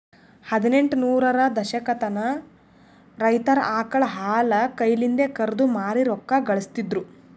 ಹದಿನೆಂಟ ನೂರರ ದಶಕತನ ರೈತರ್ ಆಕಳ್ ಹಾಲ್ ಕೈಲಿಂದೆ ಕರ್ದು ಮಾರಿ ರೊಕ್ಕಾ ಘಳಸ್ತಿದ್ರು